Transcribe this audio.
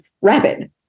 rapid